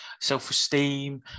self-esteem